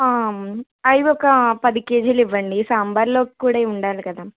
అవి ఒక పది కేజీలు ఇవ్వండి సాంబార్లోకి కూడా ఇవి ఉండాలి కదా